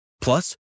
Plus